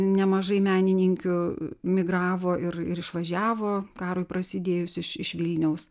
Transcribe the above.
nemažai menininkių migravo ir ir išvažiavo karui prasidėjus iš iš vilniaus